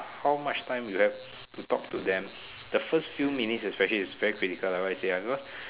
how much time you have to talk to them the first few minutes is especially very critical otherwise ya